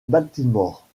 baltimore